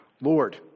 Lord